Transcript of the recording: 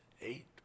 eight